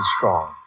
strong